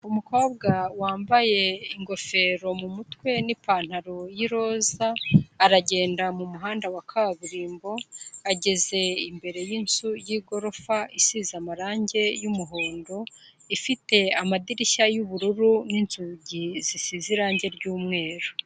Umukobwa wambaye ingofero mu mutwe n'ipantaro y'iroza aragenda mu muhanda wa kaburimbo, ageze imbere y'inzu y'igorofa isize amarange y'umuhondo, ifite amadirishya y'ubururu n'inzugi zisize irange ry'umweru.